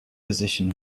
position